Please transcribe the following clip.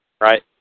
Right